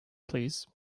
please